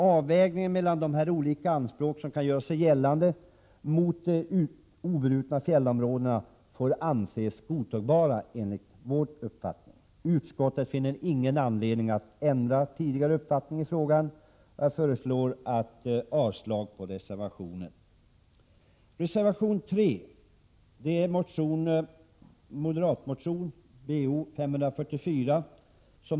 Avvägningen mellan de olika anspråk som kan göra sig gällande beträffande de obrutna fjällområdena får, enligt vår mening, anses godtagbar. Utskottet finner ingen anledning att ändra den tidigare uppfattningen i frågan. Jag föreslår avslag på reservationen. Reservation 3 är en moderat reservation, som grundar sig på motion Bo544.